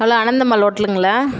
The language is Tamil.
ஹலோ அனந்தம்மாள் ஹோட்டலுங்களா